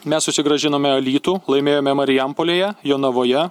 mes susigrąžinome alytų laimėjome marijampolėje jonavoje